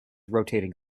rotating